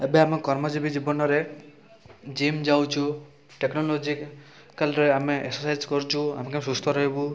ଏବେ ଆମ କର୍ମଯିଵୀ ଜୀବନରେ ଜିମ୍ ଯାଉଛୁ ଟେକ୍ନୋଲୋଜିକାଲ ରେ ଆମେ ଏକସରସାଇଜ୍ କରୁଛୁ ଆମେ କେମିତି ସୁସ୍ଥ ରହିବୁ